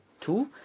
two